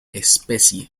especie